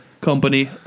company